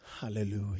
Hallelujah